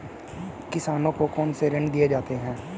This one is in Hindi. किसानों को कौन से ऋण दिए जाते हैं?